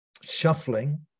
shuffling